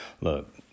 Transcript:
Look